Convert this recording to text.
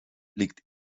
liegt